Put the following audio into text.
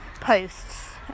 posts